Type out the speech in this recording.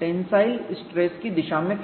tensile stress की दिशा में फैलती है